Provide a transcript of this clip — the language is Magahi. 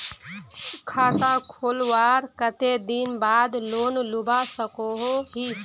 खाता खोलवार कते दिन बाद लोन लुबा सकोहो ही?